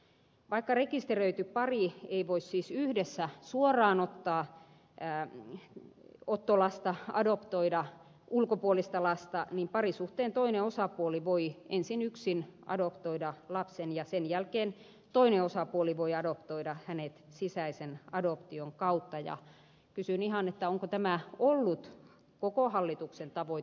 vaikka rekisteröity pari ei voi siis yhdessä suoraan ottaa ottolasta adoptoida ulkopuolista lasta niin parisuhteen toinen osapuoli voi ensin yksin adoptoida lapsen ja sen jälkeen toinen osapuoli voi adoptoida hänet sisäisen adoption kautta ja kysyn ihan onko tämä ollut koko hallituksen tavoite